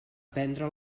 prendre